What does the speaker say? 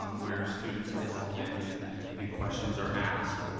um where students are called in and and questions are asked.